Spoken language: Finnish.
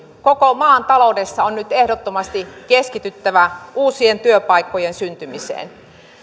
koko maan taloudessa on nyt ehdottomasti keskityttävä uusien työpaikkojen syntymiseen